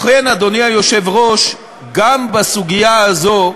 לכן, אדוני היושב-ראש, גם בסוגיה הזאת,